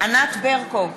ענת ברקו,